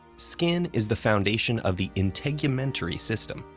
skin is the foundation of the integumentary system,